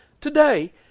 Today